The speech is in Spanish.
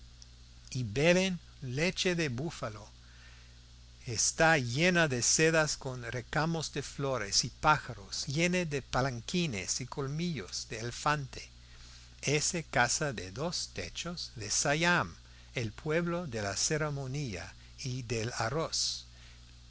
y beben leche de búfalo está llena de sedas con recamos de flores y pájaros llena de palanquines y colmillos de elefante esa casa de dos techos de siam el pueblo de la ceremonia y del arroz y